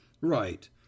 Right